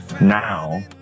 now